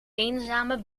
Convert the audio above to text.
eenzame